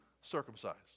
circumcised